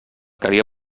calia